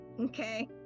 okay